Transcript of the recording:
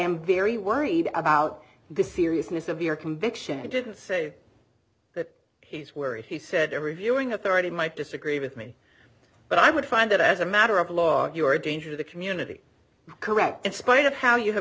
am very worried about the seriousness of your conviction i didn't say that he's where he said every viewing authority might disagree with me but i would find that as a matter of law you are a danger to the community correct in spite of how you